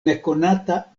nekonata